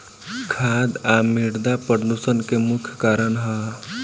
खाद आ मिरदा प्रदूषण के मुख्य कारण ह